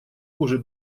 уже